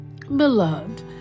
Beloved